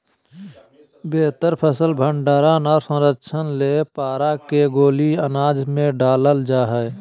बेहतर फसल भंडारण आर संरक्षण ले पारा के गोली अनाज मे डालल जा हय